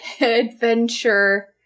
...adventure